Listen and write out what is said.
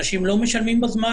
אנשים לא משלמים בזמן.